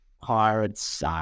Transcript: Pirates